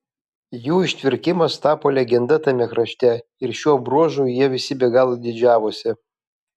jų ištvirkimas tapo legenda tame krašte ir šiuo bruožu jie visi be galo didžiavosi